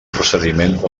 procediment